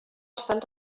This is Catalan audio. estan